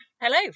Hello